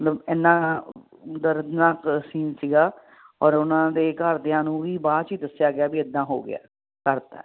ਮਤਲਬ ਇੰਨਾ ਦਰਦਨਾਕ ਸੀਨ ਸੀਗਾ ਔਰ ਉਹਨਾਂ ਦੇ ਘਰਦਿਆਂ ਨੂੰ ਵੀ ਬਾਅਦ 'ਚ ਹੀ ਦੱਸਿਆ ਗਿਆ ਵੀ ਇੱਦਾਂ ਹੋ ਗਿਆ ਕਰ 'ਤਾ